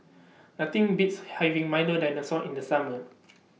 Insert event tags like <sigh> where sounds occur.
Nothing Beats having Milo Dinosaur in The Summer <noise>